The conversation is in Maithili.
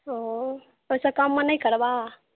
ओ ओहिसँ कममे नहि करबै